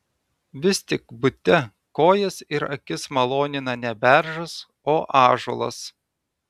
vis tik bute kojas ir akis malonina ne beržas o ąžuolas